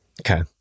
Okay